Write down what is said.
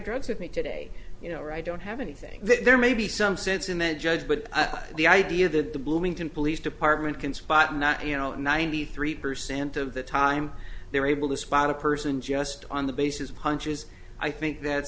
drugs with me today you know i don't have anything that there may be some sense in the judge but the idea that the bloomington police department can spot not you know ninety three percent of the time they're able to spot a person just on the basis of punches i think that